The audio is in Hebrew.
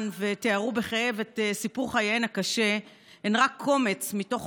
ותיארו בכאב את סיפור חייהן הקשה הן רק קומץ מתוך